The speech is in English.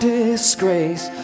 disgrace